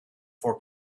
for